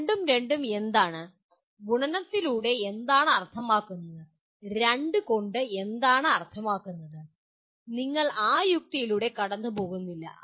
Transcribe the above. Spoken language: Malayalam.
2 ഉം 2 ഉം എന്താണ് ഗുണനത്തിലൂടെ എന്താണ് അർത്ഥമാക്കുന്നത് 2 കൊണ്ട് എന്താണ് അർത്ഥമാക്കുന്നത് ഞങ്ങൾ ആ യുക്തിയിലൂടെ കടന്നുപോകുന്നില്ല